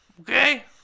Okay